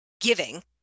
giving